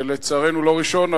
לצערנו לא ראשון,